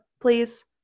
please